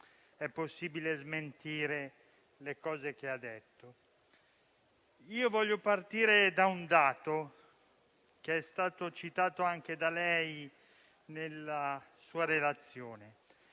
è possibile smentire le cose che ha detto. Voglio partire da un dato, che è stato citato anche da lei nella sua relazione: